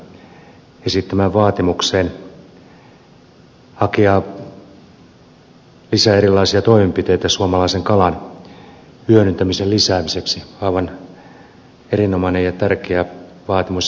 mäkelän esittämään vaatimukseen hakea lisää erilaisia toimenpiteitä suomalaisen kalan hyödyntämisen lisäämiseksi aivan erinomainen ja tärkeä vaatimus ja näkemys